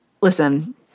listen